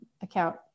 account